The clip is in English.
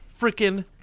freaking